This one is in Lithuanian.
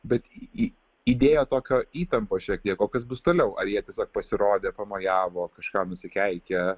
bet į įdėjo tokio įtampos šiek tiek o kas bus toliau ar jie tiesiog pasirodė pamojavo kažką nusikeikė